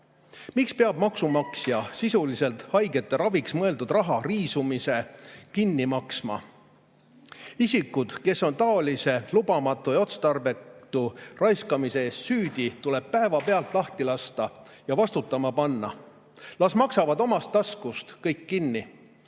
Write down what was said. peab maksumaksja sisuliselt haigete raviks mõeldud raha riisumise kinni maksma? Isikud, kes on taolises lubamatus ja otstarbetus raiskamises süüdi, tuleb päevapealt lahti lasta ja vastutama panna: las maksavad omast taskust kõik kinni.